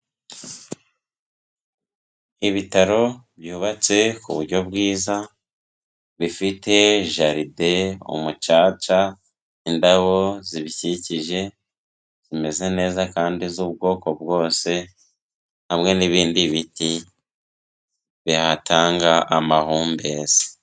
Ibitaro byubatse ku buryo bwiza, bifite jaride, umucaca, indabo zibikikije zimeze neza kandi z'ubwoko bwose, hamwe n'ibindi biti bihatanga amahumbezi.